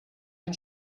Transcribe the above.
den